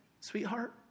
sweetheart